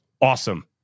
awesome